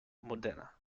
modena